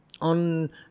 on